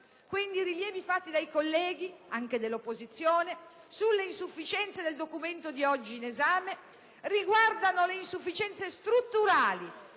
Quindi, i rilievi fatti dai colleghi, anche dell'opposizione, sulle insufficienze del documento di oggi in esame riguardano le insufficienze strutturali